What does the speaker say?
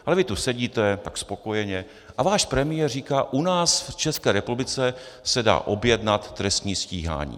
Ale vy tu sedíte tak spokojeně a váš premiér říká: u nás v České republice se dá objednat trestní stíhání.